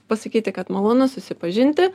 pasakyti kad malonu susipažinti